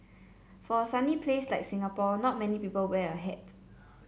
for a sunny place like Singapore not many people wear a hat